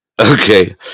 Okay